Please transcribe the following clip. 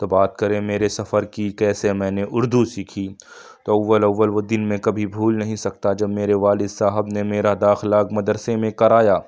تو بات کریں میرے سفر کی کیسے میں نے اُردو سیکھی تو اول اول وہ دِن میں کبھی بھول نہیں سکتا جب میرے والد صاحب نے میرا داخلہ مدرسے میں کرایا